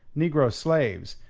negro slaves,